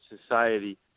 society